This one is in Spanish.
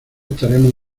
estaremos